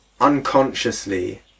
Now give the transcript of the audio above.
unconsciously